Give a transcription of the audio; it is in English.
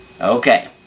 Okay